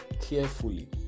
carefully